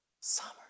summer